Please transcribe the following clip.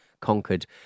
conquered